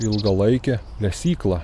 ilgalaikė lesykla